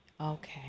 okay